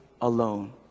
alone